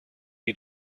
you